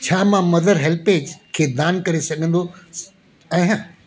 छा मां mother HelpAge खे दानु करे सघंदो आहियां